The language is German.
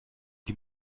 die